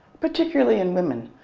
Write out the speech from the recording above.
particularly in women,